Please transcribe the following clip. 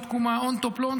לא תקומה,